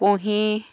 কুহিঁ